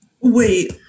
Wait